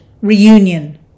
reunion